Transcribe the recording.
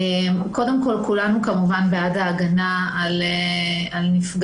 קודם כל כולנו כמובן בעד ההגנה על נפגעים.